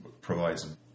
provides